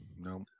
No